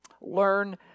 Learn